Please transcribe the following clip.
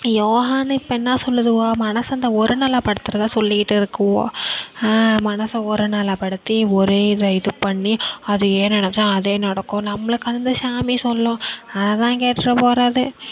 யோகான்னு இப்போ என்னா சொல்லுதுவோ மனசை இந்த ஒருநிலப்படுத்துறதா சொல்லிக்கிட்டு இருக்குதோ மனதை ஒருநிலப்படுத்தி ஒரே இதை இது பண்ணி அதையே நினைச்சா அதே நடக்கும் நம்மளுக்கு வந்து சாமி சொல்லும் அதுதான் கேட்டுகிட்டு போகிறது